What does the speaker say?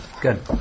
Good